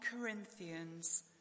Corinthians